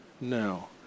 No